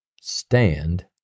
stand